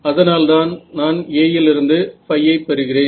அதனால் தான் நான் A லிருந்து ϕ ஐ பெறுகிறேன்